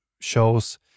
shows